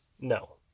No